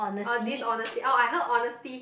oh dishonesty oh I heard honesty